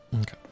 Okay